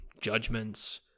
judgments